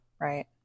right